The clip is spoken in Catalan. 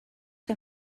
que